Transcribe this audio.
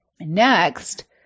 next